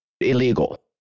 illegal